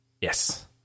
yes